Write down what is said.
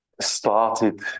started